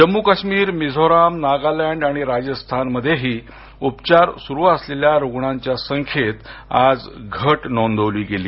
जम्मू काश्मिर मिझोराम नागालँड आणि राजस्थान मध्येही उपचार सुरू असलेल्या रुग्णांच्या संख्येत आज घट नोंदवली गेली